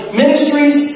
ministries